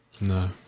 No